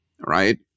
right